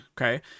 okay